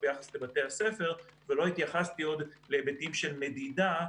ביחס לבתי הספר ולא התייחסתי עוד להיבטים של מדידה,